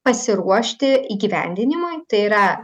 pasiruošti įgyvendinimui tai yra